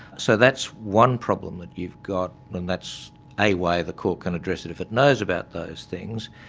so that's one problem that you've got and that's a way the court can address it if it knows about those things.